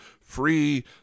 free